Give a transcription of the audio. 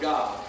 God